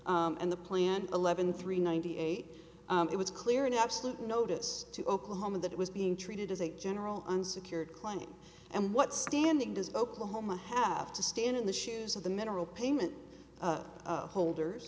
and the plan eleven three ninety eight it was clear in absolute notice to oklahoma that it was being treated as a general unsecured client and what standing does oklahoma have to stand in the shoes of the mineral payment holders